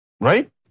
Right